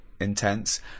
intense